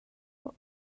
were